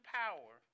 power